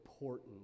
important